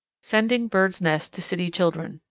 sending birds' nests to city children.